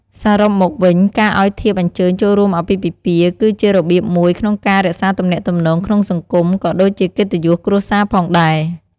សរុបមកវិញ ការឱ្យធៀបអញ្ជើញចូលរួមអាពាហ៍ពិពាហ៍គឺជារបៀបមួយក្នុងការរក្សាទំនាក់ទំនងក្នុងសង្គម ក៏ដូចជាកិត្តិយសគ្រួសារផងដែរ។